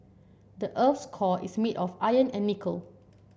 the earth's core is made of iron and nickel